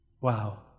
Wow